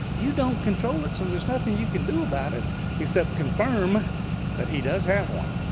you don't control it, so there's nothing you can do about it except confirm that he does have one.